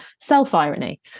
self-irony